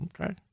Okay